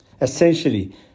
Essentially